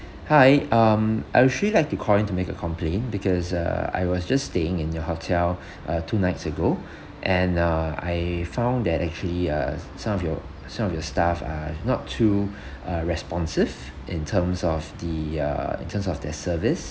hi um I actually like to call in to make a complaint because uh I was just staying in your hotel uh two nights ago and uh I found that actually uh some of your some of your staff are not too uh responsive in terms of the uh in terms of their service